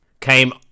came